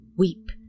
Weep